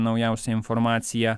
naujausią informaciją